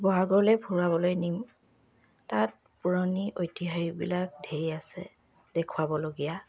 শিৱসাগৰলে ফুৰাবলৈ নিও তাত পুৰণি ঐতিহাসিকবিলাক ধেৰ আছে দেখুৱাবলগীয়া